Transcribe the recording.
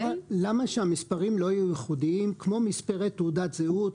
למה שהמספרים לא יהיו ייחודים כמו מספרי תעודת זהות,